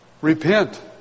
Repent